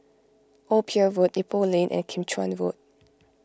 Old Pier Road Ipoh Lane and Kim Chuan Road